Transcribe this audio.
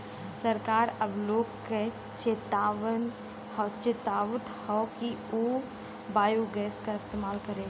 सरकार अब लोग के चेतावत हउवन कि उ बायोगैस क इस्तेमाल करे